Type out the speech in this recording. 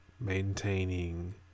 Maintaining